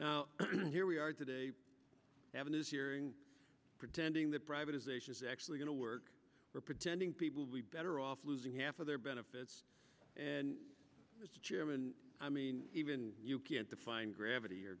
now here we are today avenues hearing pretending that privatization is actually going to work for pretending people be better off losing half of their benefits and chairman i mean even you can't define gravity or